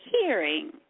hearing